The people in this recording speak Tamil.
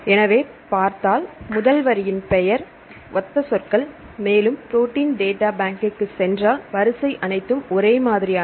எனவே பார்த்தால் முதல் வரியின் பெயர் ஒத்த சொற்கள் மேலும் புரோட்டீன் டேட்டா பேங்க்குச் சென்றால் வரிசை அனைத்தும் ஒரே மாதிரியானவை